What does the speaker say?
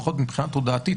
לפחות מבחינה תודעתית,